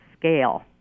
scale